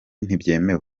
ntibyemewe